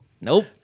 Nope